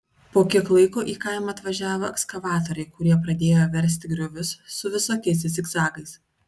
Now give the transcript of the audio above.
po kiek laiko į kaimą atvažiavo ekskavatoriai kurie pradėjo versti griovius su visokiais zigzagais